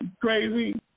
Crazy